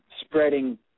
spreading